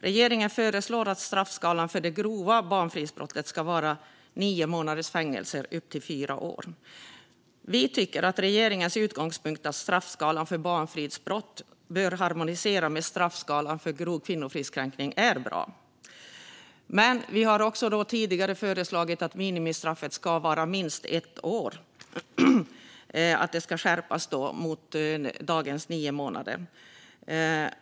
Regeringen föreslår att straffskalan för grovt barnfridsbrott ska vara mellan nio månaders och fyra års fängelse. Vi tycker att regeringens utgångspunkt - att straffskalan för barnfridsbrott bör harmoniera med straffskalan för grov kvinnofridskränkning - är bra, men vi har tidigare föreslagit att minimistraffet ska vara minst ett år. Det innebär alltså att det ska skärpas jämfört med dagens nio månader.